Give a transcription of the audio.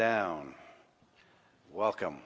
down welcome